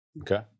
Okay